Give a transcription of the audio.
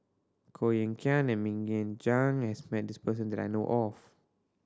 Koh Eng Kian and Mok Ying Jang has met this person that I know of